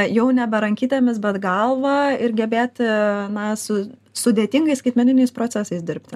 jau nebe rankytėmis bet galva ir gebėti na su sudėtingais skaitmeniniais procesais dirbti